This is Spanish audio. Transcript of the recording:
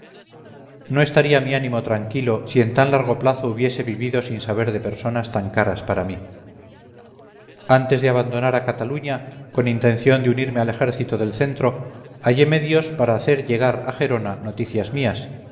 no estaría mi ánimo tranquilo si en tan largo plazo hubiese vivido sin saber de personas tan caras para mí antes de abandonar a cataluña con intención de unirme al ejército del centro hallé medios para hacer llegar a gerona noticias mías